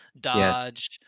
Dodge